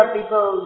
people